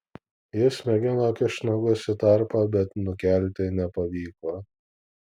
jis mėgino kišt nagus į tarpą bet nukelti nepavyko